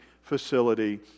facility